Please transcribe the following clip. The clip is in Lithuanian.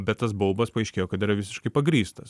bet tas baubas paaiškėjo kad yra visiškai pagrįstas